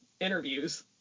interviews